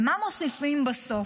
אבל מה מוסיפים בסוף?